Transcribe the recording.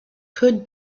could